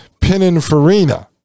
Pininfarina